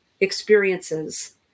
experiences